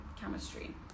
Chemistry